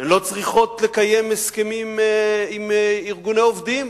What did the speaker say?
לא צריכות לקיים הסכמים עם ארגוני עובדים,